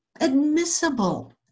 admissible